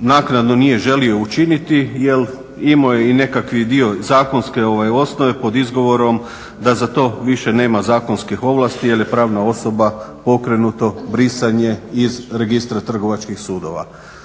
naknadno nije želio učiniti jel imao je nekakav dio zakonske osnove pod izgovorom da za to više nema zakonskih ovlasti jel je pravna osoba pokrenuto brisanje iz registra trgovačkih sudova.